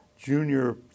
junior